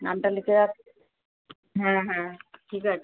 নামটা লিখে রাখ হ্যাঁ হ্যাঁ ঠিক আছে